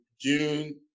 June